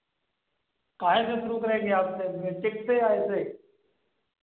काहे से शुरू करेंगे आप पेमेंट चेक से या ऐसे ही